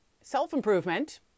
self-improvement